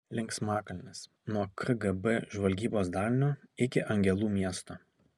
linksmakalnis nuo kgb žvalgybos dalinio iki angelų miesto